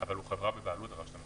אבל הוא חברה בבעלות הרשות המקומית,